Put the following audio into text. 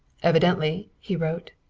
evidently, he wrote,